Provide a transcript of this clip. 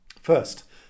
First